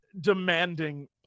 demanding